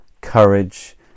courage